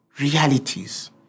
realities